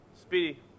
Speedy